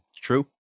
True